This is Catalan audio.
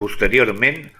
posteriorment